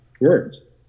words